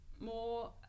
more